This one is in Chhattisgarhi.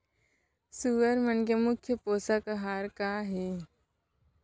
सुअर मन के मुख्य पोसक आहार का हे?